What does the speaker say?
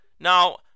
Now